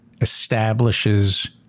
establishes